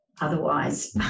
otherwise